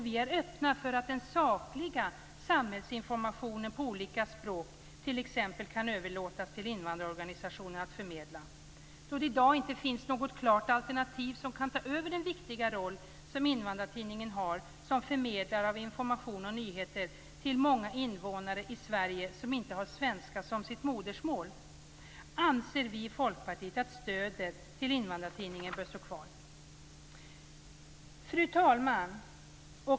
Vi är öppna för att den sakliga samhällsinformationen på olika språk t.ex. kan överlåtas till invandrarorganisationerna att förmedla. I dag finns inte något klart alternativ för vem som kan ta över den viktiga roll som Invandrartidningen har som förmedlare av information och nyheter till många invånare i Sverige som inte har svenska som sitt modersmål. Därför anser vi i Folkpartiet att stödet till Invandrartidningen bör stå kvar. Fru talman!